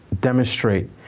demonstrate